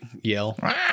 Yell